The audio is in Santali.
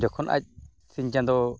ᱡᱚᱠᱷᱚᱱ ᱟᱡ ᱥᱤᱧ ᱪᱟᱸᱫᱳ